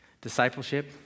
Discipleship